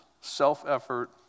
self-effort